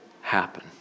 happen